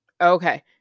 Okay